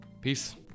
Peace